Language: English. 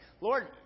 Lord